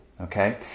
Okay